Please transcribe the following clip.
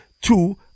two